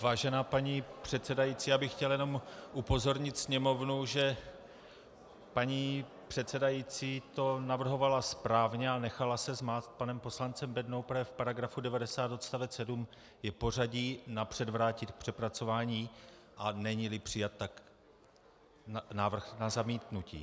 Vážená paní předsedající, chtěl bych jenom upozornit Sněmovnu, že paní předsedající to navrhovala správně, ale nechala se zmást panem poslancem Bendou, protože v § 90 odst. 7 je pořadí napřed vrátit k přepracování, a neníli přijat, tak návrh na zamítnutí.